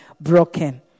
broken